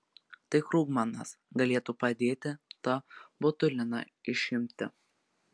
tai krugmanas galėtų padėti tą botuliną išimti